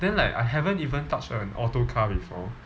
then like I haven't even touch an auto car before